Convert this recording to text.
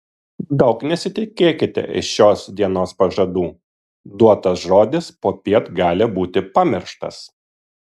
daug nesitikėkite iš šios dienos pažadų duotas žodis popiet gali būti pamirštas